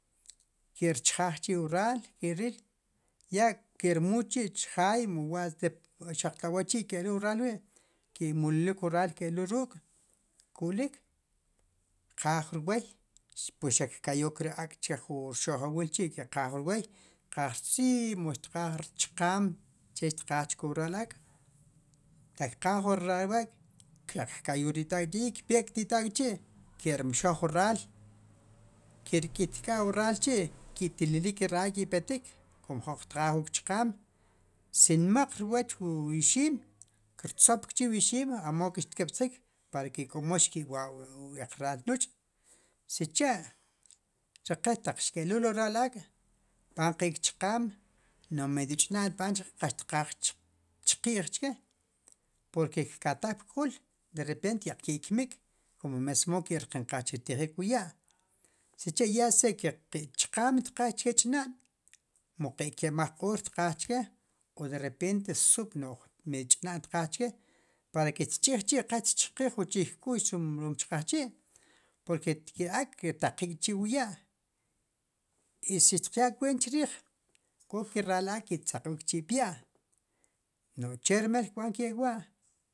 Kerchjaj chi wu ral ke ril ya kermulchi chjaj xaq tlo awachi kelul wu ral wi ki mulilik wu ral kelul ruk' kulil kqaj rwoy pues xaq kayok ri ak' chijwu rxoqjawil kqaj tziy o kqaj rchiam ke kqaj chku ral ak' taq kqaj wu rwoy ak' xaq kk'ayul re titak' kpere tit ak' chi kermxoj ru ral ke rkitka ru ral chi ki'tililik ri ral ak' chi kipetik komo jroq tqaj wu kchiam si nmaq rwoch wi xim kertzop kchi wi ixim komo ke xkeb'stjik par que komo xki wa wu q'ek ral nuch' si cha ri qe taq xkelul wu ral ak' tb'an qik chiam nu'medio chi'na'n xb'an chre qa xqaj chqij chke porque qkataj pqul derepet taq xkikmik komo mesmo xkirqinqaj chirtijik wu ya' si cha si qi chqam tqajchike chi'nan o qi kemaj q'or tqaj chike o derepente sub' medio chi'na'n tqaj chke para ke cijchi qa tchij wu chikq'ux ron chqejchi porque ke ak' ki' taqiq chi wu ya i si tya kuent chkij koke ral ak' kee tzaqb'il pya nu' chermal qb'an kek'wa